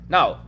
Now